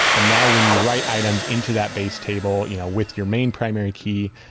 and now, when you write items into that base table you know with your main primary key,